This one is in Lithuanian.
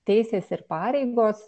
teisės ir pareigos